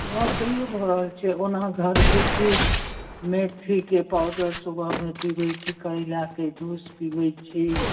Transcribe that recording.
हँ तैओ भऽ रहल छै ओना घरके जड़ी बूटी मेथीके पाउडर सुबहमे पिबै छी करैलाके जूस पिबै छी